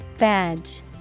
Badge